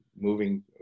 moving